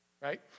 right